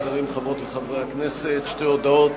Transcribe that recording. שרים, חברות וחברי הכנסת, שתי הודעות.